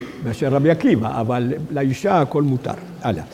מאשר רבי עקיבא, אבל לאישה הכל מותר.